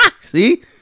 See